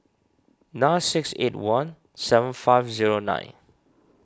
nine six eight one seven five zero nine